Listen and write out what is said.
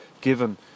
given